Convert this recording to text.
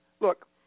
Look